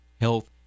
health